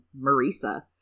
Marisa